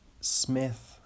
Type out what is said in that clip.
Smith